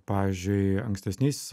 pavyzdžiui ankstesniais